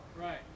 Right